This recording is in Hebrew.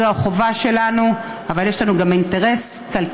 זו החובה שלנו, אבל יש לנו גם אינטרס כלכלי